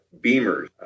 Beamers